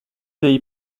dei